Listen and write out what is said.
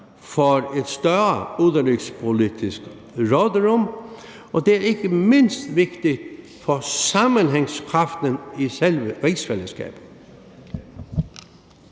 får et større udenrigspolitisk råderum. Det er ikke mindst vigtigt for sammenhængskraften i selve rigsfællesskabet.